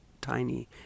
tiny